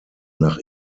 nach